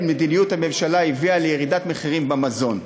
מדיניות הממשלה הביאה לירידת מחירים במזון.